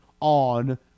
on